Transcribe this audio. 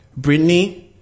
Britney